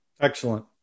Excellent